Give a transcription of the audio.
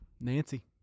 Nancy